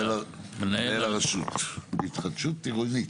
מנהל הרשות להתחדשות עירונית.